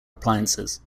appliances